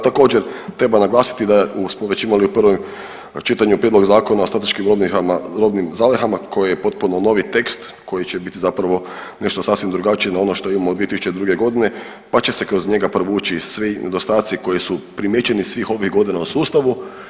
Također treba naglasiti da smo već imali u prvom čitanju prijedlog Zakona o strateškim robnim zalihama koji je potpuno novi tekst koji će biti zapravo nešto sasvim drugačije na ono što imamo od 2002. godine pa će se kroz njega provući svi nedostaci koji su primijećeni svih ovih godina u sustavu.